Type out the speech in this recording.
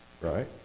Right